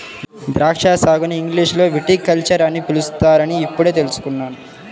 ద్రాక్షా సాగుని ఇంగ్లీషులో విటికల్చర్ అని పిలుస్తారని ఇప్పుడే తెల్సుకున్నాను